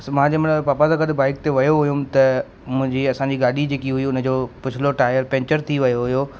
अस मां जंहिंमहिल पप्पा सां गॾु बाइक ते वियो हुउमि त मुंहिंजी असांजी गाॾी जेकी हुई उन जो पिछलो टायर पंचर थी वियो हुओ